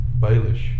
Baelish